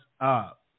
up